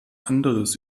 anderes